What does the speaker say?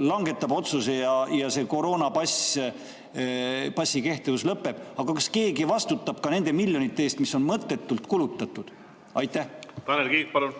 langetab otsuse ja koroonapassi nõue lõpeb. Aga kas keegi vastutab ka nende miljonite eest, mis on mõttetult kulutatud? Tanel